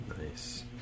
Nice